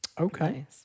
Okay